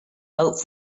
boat